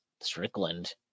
Strickland